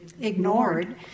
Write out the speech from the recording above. ignored